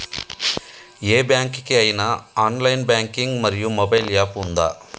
ఏ bank కి ఐనా online banking మరియు మొబైల్ యాప్ ఉందా?